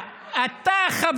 אתה,